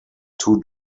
two